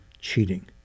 cheating